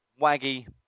Waggy